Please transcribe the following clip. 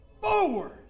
forward